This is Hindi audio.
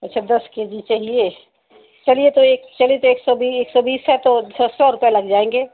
अच्छा दस के जी चाहिए चलिए तो एक चलिए तो एक सौ बीस एक सौ बीस है तो सौ सौ रुपये लग जाएँगे